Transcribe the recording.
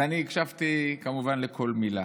ואני הקשבתי כמובן לכל מילה.